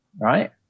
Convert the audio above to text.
Right